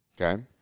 Okay